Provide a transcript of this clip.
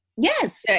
Yes